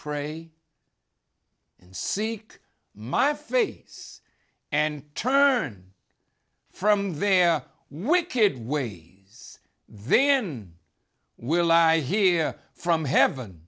pray and seek my face and turn from their wicked ways then i will lie here from heaven